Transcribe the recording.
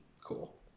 cool